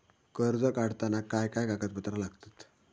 कर्ज काढताना काय काय कागदपत्रा लागतत?